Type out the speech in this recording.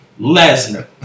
Lesnar